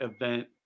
event